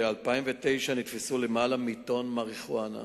ב-2009 נתפסו למעלה מטון מריחואנה,